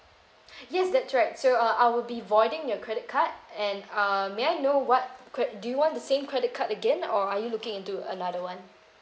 yes that's right so uh I will be voiding your credit card and uh may I know what cre~ do you want the same credit card again or are you looking into another one